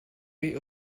way